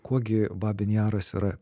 kuo gi babyn jaras yra